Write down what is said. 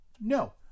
No